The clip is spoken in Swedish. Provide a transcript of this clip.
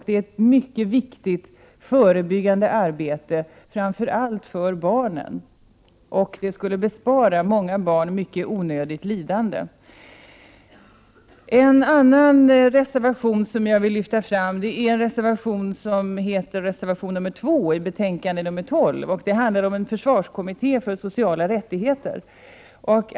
Det är ett mycket viktigt förebyggande arbete, framför allt med tanke på barnen. Många barn skulle besparas onödigt lidande. Reservation 2 i betänkande 12 är en annan reservation som jag vill lyfta fram. Denna reservation handlar om en försvarskommitté för sociala rättigheter.